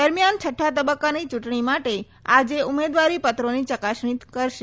દરમિયાન છટ્ઠી તબક્કાન ચૂંટણી માટે આજે ઉમેદવારી પત્રોની ચકાસણી કરાશે